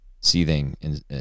seething